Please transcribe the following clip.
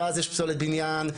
ואז יש פסולת בניין,